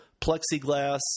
plexiglass